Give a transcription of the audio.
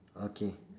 okay